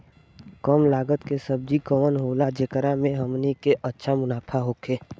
कम लागत के सब्जी कवन होला जेकरा में हमनी के अच्छा मुनाफा होखे?